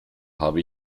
habe